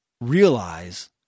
realize